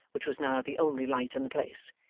which was now the only light in the place.